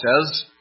says